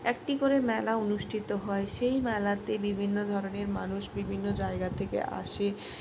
একটি করে মেলা অনুষ্ঠিত হয় সেই মেলাতে বিভিন্ন ধরনের মানুষ বিভিন্ন জায়গা থেকে আসে